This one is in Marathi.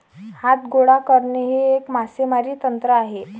हात गोळा करणे हे एक मासेमारी तंत्र आहे